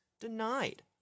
denied